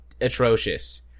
atrocious